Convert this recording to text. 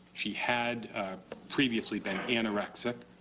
she had previously been anorexic.